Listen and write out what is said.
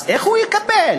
אז איך הוא יקבל?